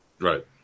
Right